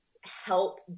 help